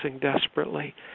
desperately